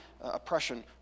oppression